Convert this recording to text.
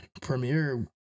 premiere